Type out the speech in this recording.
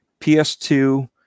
PS2